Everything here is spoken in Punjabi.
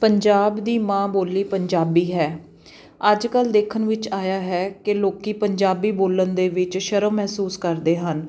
ਪੰਜਾਬ ਦੀ ਮਾਂ ਬੋਲੀ ਪੰਜਾਬੀ ਹੈ ਅੱਜ ਕੱਲ੍ਹ ਦੇਖਣ ਵਿੱਚ ਆਇਆ ਹੈ ਕਿ ਲੋਕ ਪੰਜਾਬੀ ਬੋਲਣ ਦੇ ਵਿੱਚ ਸ਼ਰਮ ਮਹਿਸੂਸ ਕਰਦੇ ਹਨ